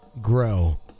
grow